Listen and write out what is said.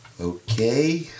Okay